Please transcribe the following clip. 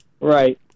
Right